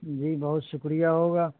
جی بہت شکریہ ہوگا